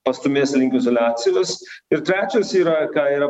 pastūmės link izoliacijos ir trečias yra ką yra